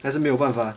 还是没有办法